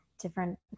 different